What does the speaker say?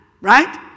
right